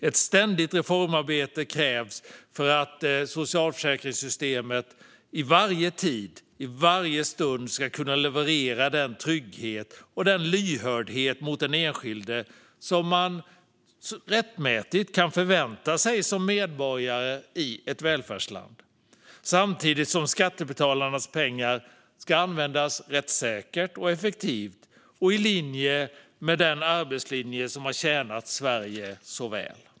Ett ständigt reformarbete krävs för att socialförsäkringssystemet i varje tid och i varje stund ska kunna leverera den trygghet och lyhördhet mot den enskilde som man rättmätigt kan förvänta sig som medborgare i ett välfärdsland, samtidigt som skattebetalarnas pengar ska användas rättssäkert och effektivt enligt den arbetslinje som har tjänat Sverige så väl.